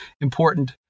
important